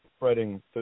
writing